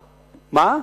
מה?